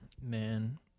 Man